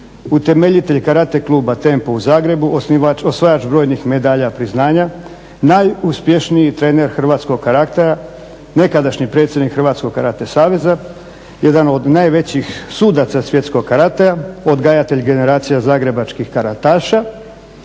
utemeljitelj Karate kluba Tempo u Zagrebu, osvajač brojnih medalja, priznanja, najuspješniji trener hrvatskog karatea, nekadašnji predsjednik Hrvatskog karate saveza, jedan od najvećih sudaca svjetskog karatea, odgajatelj generacija zagrebačkih karataša,